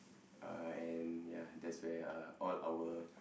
uh and ya that's uh where all our